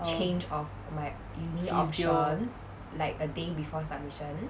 err physio